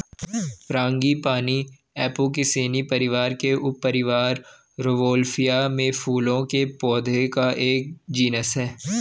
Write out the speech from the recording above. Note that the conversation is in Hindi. फ्रांगीपानी एपोकिनेसी परिवार के उपपरिवार रौवोल्फिया में फूलों के पौधों का एक जीनस है